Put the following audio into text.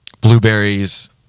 blueberries